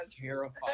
terrified